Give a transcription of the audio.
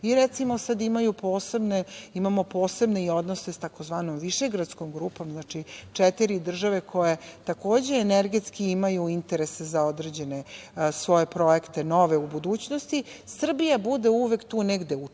posebne, imamo posebne i odnose s tzv. Višegradskom grupom, znači, četiri države koje takođe energetski imaju interese za određene svoje projekte, nove u budućnosti, Srbija bude uvek tu negde učesnik,